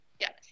Yes